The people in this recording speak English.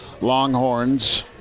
longhorns